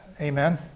amen